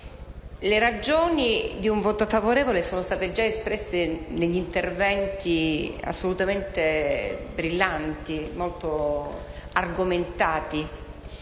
Le ragioni di un voto favorevole sono state già espresse negli interventi assolutamente